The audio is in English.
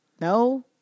No